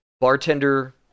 bartender